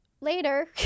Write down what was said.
later